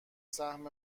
سهم